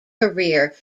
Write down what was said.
career